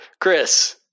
Chris